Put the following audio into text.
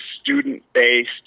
student-based